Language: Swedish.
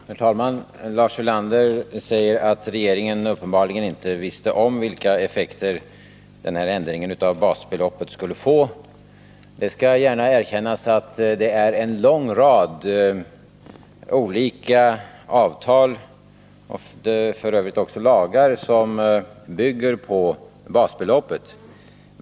Herr talman! Lars Ulander säger att regeringen uppenbarligen inte visste om vilka effekter ändringen av basbeloppet skulle få. Det skall gärna erkännas att det är en lång rad olika avtal och f. ö. också lagar som bygger på basbeloppet.